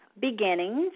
beginnings